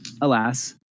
alas